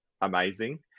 amazing